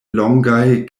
longaj